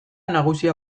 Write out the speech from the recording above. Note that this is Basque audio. nagusia